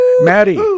maddie